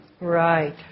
right